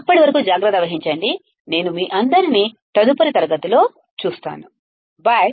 అప్పటి వరకు జాగ్రత్త వహించండి నేను మీ అందరినీ తదుపరి తరగతిలో చూస్తాను బై